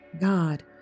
God